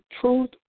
truth